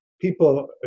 people